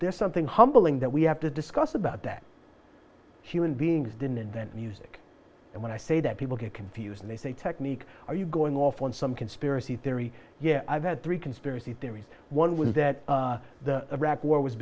there's something humbling that we have to discuss about that human beings didn't invent music and when i say that people get confused they say technique are you going off on some conspiracy theory yet i've had three conspiracy theories one was that the iraq war was